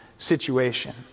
situation